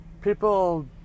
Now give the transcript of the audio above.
people